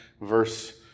verse